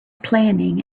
planning